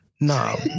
no